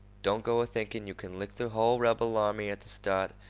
don't go a-thinkin' you can lick the hull rebel army at the start,